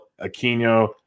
Aquino